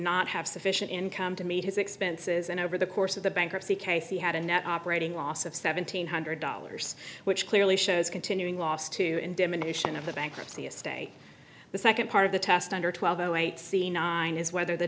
not have sufficient income to meet his expenses and over the course of the bankruptcy case he had a net operating loss of seven thousand eight hundred dollars which clearly shows continuing loss to in diminution of the bankruptcy estate the second part of the test under twelve zero eight c nine is whether the